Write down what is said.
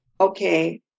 okay